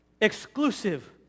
Exclusive